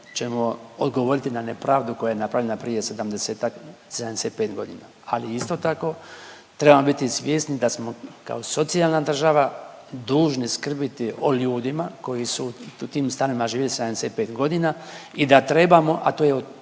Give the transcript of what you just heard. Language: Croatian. ćemo odgovoriti na nepravdu koja je napravljena prije 70-ak, 75 godina ali isto tako trebamo biti svjesni da smo kao socijalna država dužni skrbiti o ljudima koji su u tim stanovima živjeli 75 godina i da trebamo, a to je